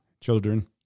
children